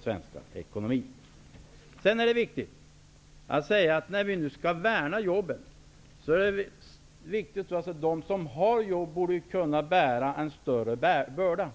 svensk ekonomi. När vi nu skall värna jobben är det viktigt att framhålla att de som har jobb borde bära en större börda.